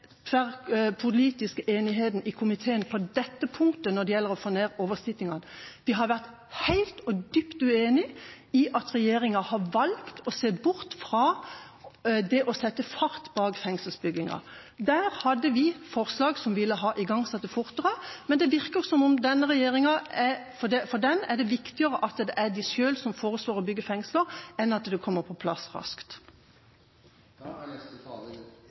komiteen på dette punktet når det gjelder å få ned antall oversittinger. Vi har vært dypt uenig i at regjeringa har valgt å se bort fra å sette fart i fengselsbygginga. Vi hadde forslag som ville igangsatt det fortere, men det virker som at for denne regjeringa er det viktigere at det er de sjøl som foreslår å bygge fengsler, enn at de kommer på plass raskt.